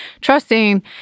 trusting